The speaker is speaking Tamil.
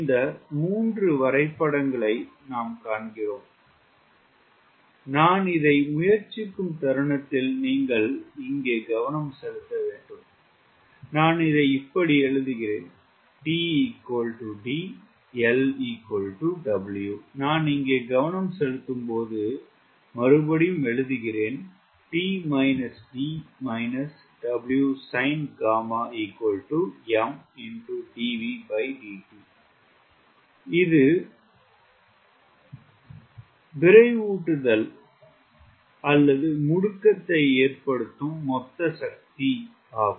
இந்த 3 வரைபடங்களை நாம் காண்கிறோம் நான் இதை முயற்சிக்கும் தருணத்தில் நீங்கள் இங்கே கவனம் செலுத்த வேண்டும் நான் எழுதுகிறேன் நான் இங்கே கவனம் செலுத்தும்போது எழுதுகிறேன் இது முடுக்கத்தை ஏற்படுத்தும் மொத்த சக்தி ஆகும்